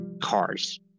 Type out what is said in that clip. cars